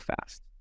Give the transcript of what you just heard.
fast